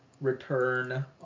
return